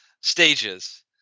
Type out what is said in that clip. stages